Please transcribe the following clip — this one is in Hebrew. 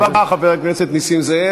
תודה רבה, חבר הכנסת נסים זאב.